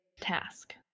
task